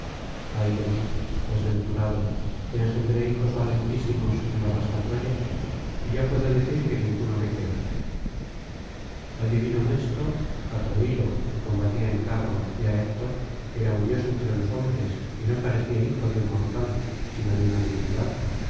ay de mí desventurado que engendré hijos valentísimos en la vasta troya y ya puedo decir que ninguno me queda al divino méstor á troílo que combatía en carro y á héctor que era un dios entre los hombres y no parecía hijo de un mortal sino de una divinidad